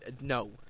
No